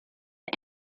out